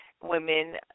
women